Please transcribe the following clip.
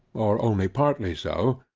or only partly so,